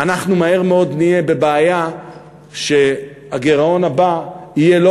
אנחנו מהר מאוד נהיה בבעיה שהגירעון הבא יהיה לא